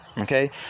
okay